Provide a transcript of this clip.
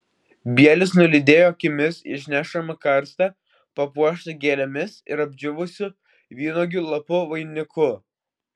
bielis nulydėjo akimis išnešamą karstą papuoštą gėlėmis ir apdžiūvusių vynuogių lapų vainiku